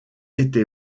été